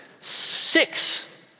six